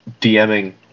DMing